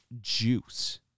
juice